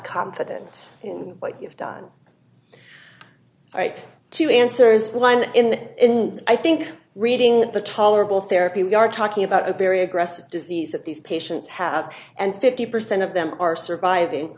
confident in what you've done right two answers one in the end i think reading the tolerable therapy we are talking about a very aggressive disease that these patients have and fifty percent of them are surviving